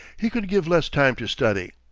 he could give less time to study.